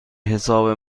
حساب